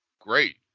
great